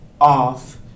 off